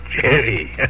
Jerry